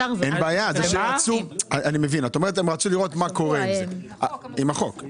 שהם רצו לראות מה קורה עם החוק.